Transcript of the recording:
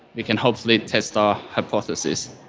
we can hopefully test our hypothesis.